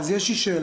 אז יש לי שאלה,